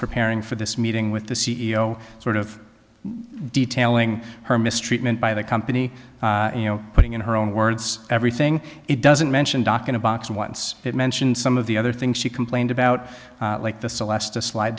preparing for this meeting with the c e o sort of detailing her mistreatment by the company you know putting in her own words everything it doesn't mention doc in a box and once it mentions some of the other things she complained about like the celeste the slide